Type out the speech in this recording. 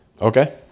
Okay